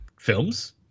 films